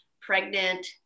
pregnant